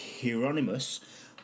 Hieronymus